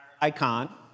icon